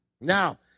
Now